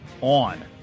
on